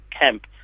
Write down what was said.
camp